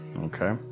Okay